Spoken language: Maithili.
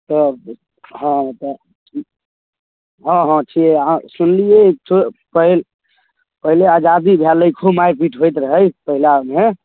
तऽ हँ तऽ हँ हँ छियै अहाँ सुनलियै पहिल पहिले आजादी भेलै खूब मारि पीट होइत रहै पहले आरमे